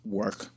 work